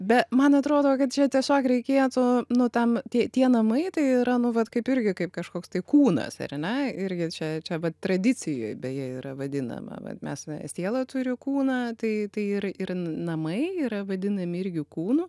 be man atrodo kad čia tiesiog reikėtų nu tam tie tie namai tai yra nu vat kaip irgi kaip kažkoks tai kūnas ar ne irgi čia čia vat tradicijoj beje yra vadinama vat mes va siela turi kūną tai tai ir ir namai yra vadinami irgi kūnu